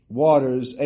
waters